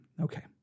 okay